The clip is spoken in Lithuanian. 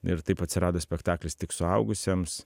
ir taip atsirado spektaklis tik suaugusiems